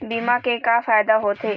बीमा के का फायदा होते?